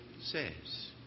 says